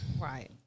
Right